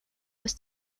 was